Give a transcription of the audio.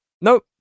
nope